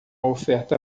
oferta